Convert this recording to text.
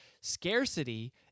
Scarcity